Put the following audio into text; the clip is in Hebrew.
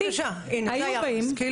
בבקשה, הנה, זה היחס.